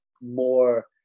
more